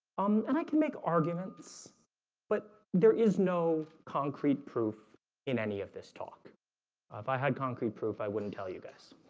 um, and i can make arguments but there is no concrete proof in any of this talk if i had concrete proof. i wouldn't tell you guys